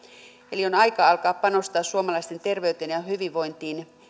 eli on aika alkaa panostaa suomalaisten terveyteen ja hyvinvointiin